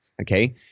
Okay